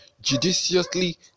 judiciously